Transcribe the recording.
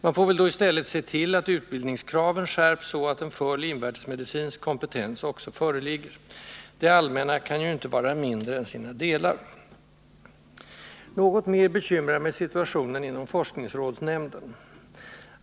Man får väl då i stället se till att utbildningskraven skärps så att en full invärtesmedicinsk kompetens också föreligger. Det ”allmänna” kan ju inte vara mindre än sina delar. Något mera bekymrar mig situationen inom forskningsrådsnämnden.